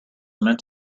meant